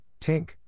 Tink